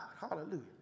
Hallelujah